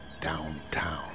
downtown